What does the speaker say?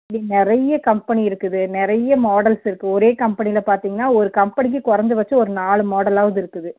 இப்படி நிறைய கம்பெனி இருக்குது நிறைய மாடல்ஸ் இருக்குது ஒரே கம்பெனியில பார்த்திங்கனா ஒரு கம்பெனிக்கு குறஞ்சபட்சம் ஒரு நாலு மாடலாவது இருக்குது